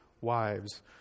wives